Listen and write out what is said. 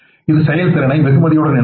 இது செயல்திறனை வெகுமதிகளுடன் இணைக்கிறது